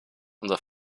unser